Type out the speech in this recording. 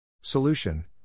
Solution